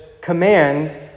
command